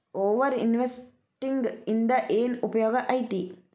over investing ಇಂದ ಏನ್ ಉಪಯೋಗ ಐತಿ